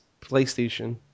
PlayStation